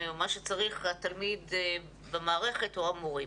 מה שצריך התלמיד במערכת או המורים.